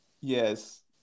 Yes